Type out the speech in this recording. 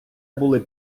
були